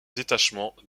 détachement